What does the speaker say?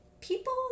people